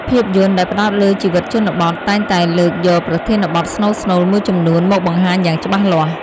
ភាពយន្តដែលផ្តោតលើជីវិតជនបទ តែងតែលើកយកប្រធានបទស្នូលៗមួយចំនួនមកបង្ហាញយ៉ាងច្បាស់លាស់។